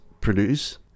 produce